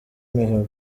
mihigo